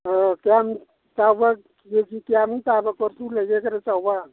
ꯑꯣ ꯀꯌꯥꯝ ꯆꯥꯎꯕ ꯀꯦꯖꯤ ꯀꯌꯥꯃꯨꯛ ꯇꯥꯕ ꯀꯣꯔꯐꯨ ꯂꯩꯒꯦ ꯈꯔ ꯆꯥꯎꯕ